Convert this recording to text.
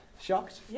shocked